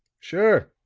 sure,